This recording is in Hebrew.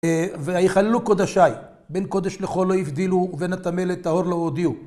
ויחללו קודשי, בין קודש לחול לא הבדילו, ובין הטמא לטהור לא הודיעו.